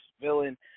villain